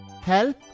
Help